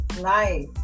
nice